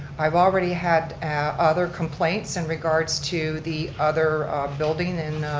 i've already had other complaints in regards to the other building in